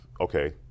okay